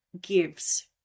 gives